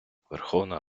верховна